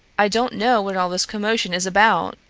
i don't know what all this commotion is about,